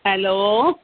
hello